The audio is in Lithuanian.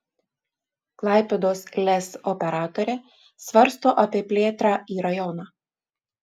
klaipėdos lez operatorė svarsto apie plėtrą į rajoną